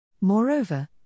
Moreover